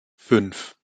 fünf